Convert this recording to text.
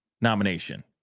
nomination